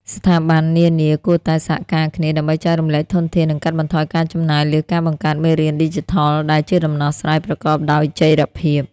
ស្ថាប័ននានាគួរតែ សហការគ្នា ដើម្បីចែករំលែកធនធាន និងកាត់បន្ថយការចំណាយលើការបង្កើតមេរៀនឌីជីថល ដែលជាដំណោះស្រាយប្រកបដោយចីរភាព។